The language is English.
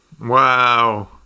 wow